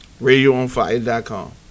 RadioonFire.com